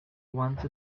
once